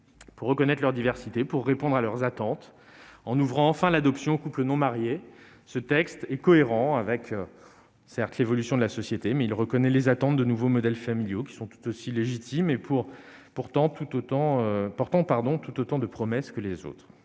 pour reconnaître leur diversité et pour répondre à leurs attentes. En ouvrant enfin l'adoption aux couples non mariés, ce texte est cohérent avec l'évolution de la société. Il reconnaît les attentes de nouveaux modèles familiaux tout aussi légitimes, portant tout autant de promesses que les autres.